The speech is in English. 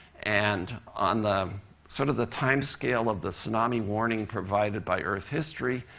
and on the sort of the time scale of the tsunami warning provided by earth history,